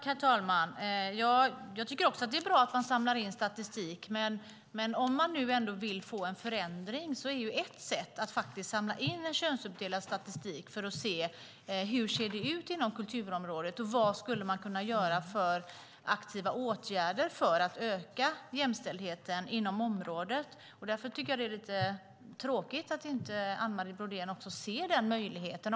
Herr talman! Jag tycker också att det är bra att man samlar in statistik, men om man nu ändå vill få en förändring är ett sätt att faktiskt samla in en könsuppdelad statistik för att se hur det ser ut inom kulturområdet och vad man skulle kunna vidta för aktiva åtgärder för att öka jämställdheten inom området. Därför tycker jag att det är lite tråkigt att Anne Marie Brodén inte ser den möjligheten.